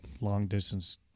long-distance